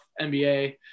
NBA